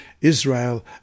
Israel